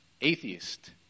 atheist